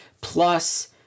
plus